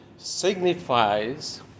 signifies